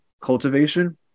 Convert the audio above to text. cultivation